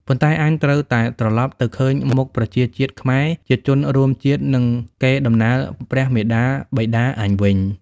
ប៉ុន្តែអញត្រូវតែត្រឡប់ទៅឃើញមុខប្រជាជាតិខ្មែរ ជាជនរួមជាតិ និងកេរ្តិ៍ដំណែលព្រះមាតាបិតាអញវិញ ។